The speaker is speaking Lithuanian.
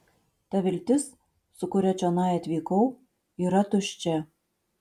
ta viltis su kuria čionai atvykau yra tuščia